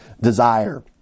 desire